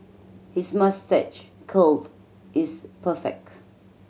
his moustache curl is perfect